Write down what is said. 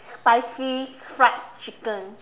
spicy fried chicken